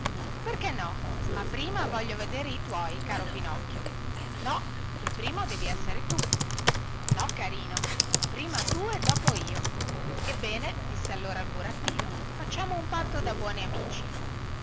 perché no ma prima voglio vedere i tuoi caro pinocchio no il primo devi essere tu no carino prima tu e dopo io ebbene disse allora il burattino facciamo un patto da buoni amici